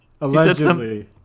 Allegedly